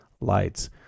lights